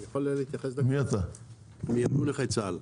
רגע, אני מארגון נכי צה"ל.